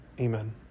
amen